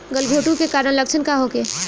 गलघोंटु के कारण लक्षण का होखे?